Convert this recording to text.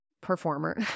performer